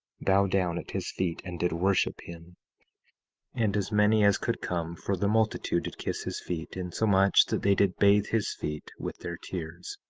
bow down at his feet, and did worship him and as many as could come for the multitude did kiss his feet, insomuch that they did bathe his feet with their tears.